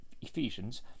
Ephesians